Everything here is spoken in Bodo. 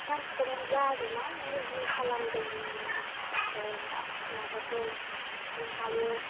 ट्रान्सपेरेन्ट जा आरोना नोङो जि खालामदों नोङो माबाफोर नोंहाबो